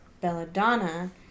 Belladonna